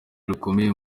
rukomeye